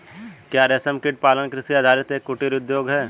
क्या रेशमकीट पालन कृषि आधारित एक कुटीर उद्योग है?